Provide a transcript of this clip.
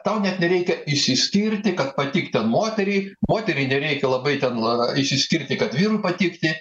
tau net nereikia išsiskirti kad patikt ten moteriai moteriai nereikia labai ten la išsiskirti kad vyrui patikti